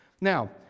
Now